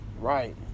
Right